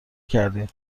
کردی